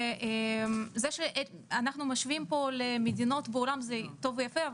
זה שאנחנו משווים למדינות בעולם זה טוב ויפה,